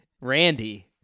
Randy